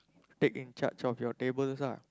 take in charge of your tables ah